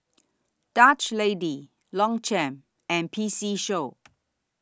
Dutch Lady Longchamp and P C Show